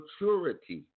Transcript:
maturity